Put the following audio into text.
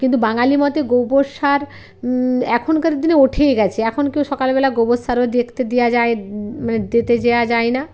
কিন্তু বাঙালি মতে গোবর সার এখনকার দিনে উঠেই গেছে এখন কেউ সকাল বেলায় গোবর সারও দেখতে দেওয়া যায় মানে দিতে যেয়া যায় না